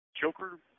Joker